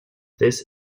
this